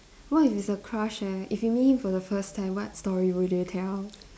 what if it's your crush eh if you meet for the first time what story would you tell